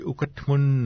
Ukatmun